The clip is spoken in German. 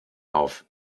auf